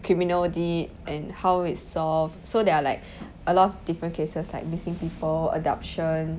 criminal did and how it's solved so there are like a lot of different cases like missing people adoption